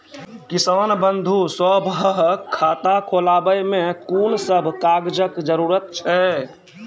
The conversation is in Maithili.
किसान बंधु सभहक खाता खोलाबै मे कून सभ कागजक जरूरत छै?